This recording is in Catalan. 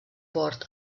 port